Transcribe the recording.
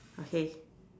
okay